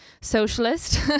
socialist